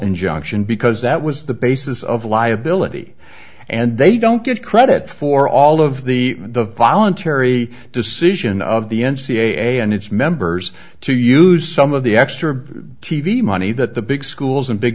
injunction because that was the basis of liability and they don't get credit for all of the the voluntary decision of the n c a a and its members to use some of the extra t v money that the big schools and big